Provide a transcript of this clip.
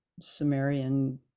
Sumerian